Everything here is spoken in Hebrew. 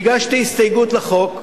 הגשתי הסתייגות לחוק,